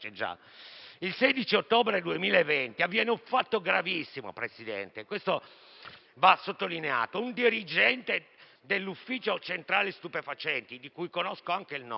il 16 ottobre 2020 avviene un fatto gravissimo, che va sottolineato; un dirigente dell'ufficio centrale stupefacenti, di cui conosco anche il nome,